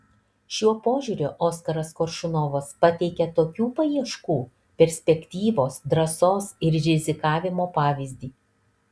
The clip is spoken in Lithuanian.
šiuo požiūriu oskaras koršunovas pateikia tokių paieškų perspektyvos drąsos ir rizikavimo pavyzdį